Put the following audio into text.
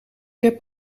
heb